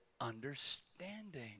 understanding